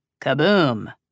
Kaboom